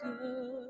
good